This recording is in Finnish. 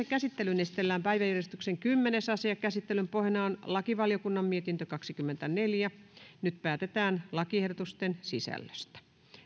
käsittelyyn esitellään päiväjärjestyksen kymmenes asia käsittelyn pohjana on lakivaliokunnan mietintö kaksikymmentäneljä nyt päätetään lakiehdotusten sisällöstä